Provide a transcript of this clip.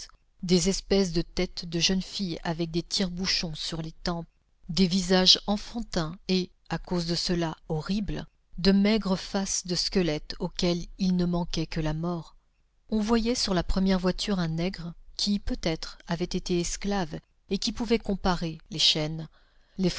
des espèces de têtes de jeunes filles avec des tire-bouchons sur les tempes des visages enfantins et à cause de cela horribles de maigres faces de squelettes auxquelles il ne manquait que la mort on voyait sur la première voiture un nègre qui peut-être avait été esclave et qui pouvait comparer les chaînes